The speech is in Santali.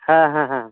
ᱦᱮᱸ ᱦᱮᱸ ᱦᱮᱸ